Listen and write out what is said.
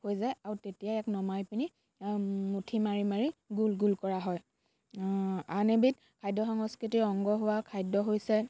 হৈ যায় আৰু তেতিয়াই ইয়াক নমাই পিনি মুঠি মাৰি মাৰি গোল গোল কৰা হয় আন এবিধ খাদ্য সংস্কৃতিৰ অংগ হোৱা খাদ্য হৈছে